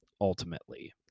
Ultimately